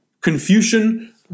Confucian